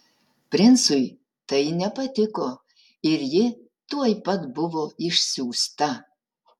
princui tai nepatiko ir ji tuoj pat buvo išsiųsta